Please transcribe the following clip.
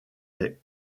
est